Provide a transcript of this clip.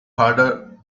harder